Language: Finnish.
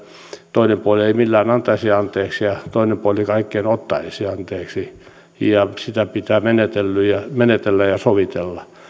toinen puoli ei millään antaisi anteeksi ja toinen puoli kaiken ottaisi anteeksi ja sitä pitää menetellä ja menetellä ja sovitella